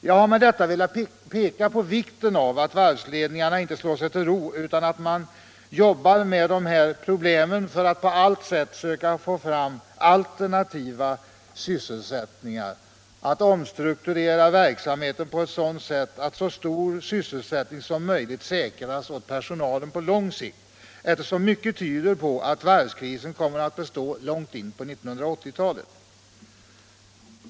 Med detta har jag velat peka på vikten av att varvsledningarna inte slår sig till ro utan jobbar med de här problemen och försöker få fram alternativa sysselsättningar och omstrukturerar verksamheten på ett sådant sätt att så stor sysselsättning som möjligt säkras åt personalen på lång sikt. Mycket tyder på att varvskrisen kommer att bestå långt in på 1980-talet.